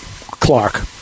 Clark